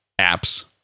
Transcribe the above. apps